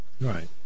Right